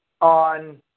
on